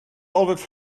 always